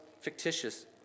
fictitious